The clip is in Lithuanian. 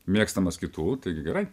mėgstamas kitų taigi gerai